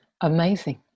Amazing